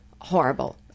horrible